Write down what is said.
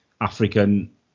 African